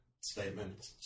statement